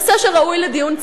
נושא שראוי לדיון ציבורי.